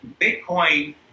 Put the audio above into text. Bitcoin